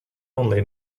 only